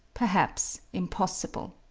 perhaps impossible.